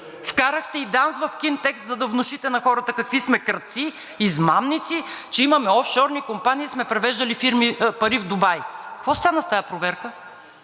Вкарахте и ДАНС в „Кинтекс“, за да внушите на хората какви сме крадци, измамници, че имаме офшорни компании и сме превеждали пари в Дубай. Какво стана с тази проверка?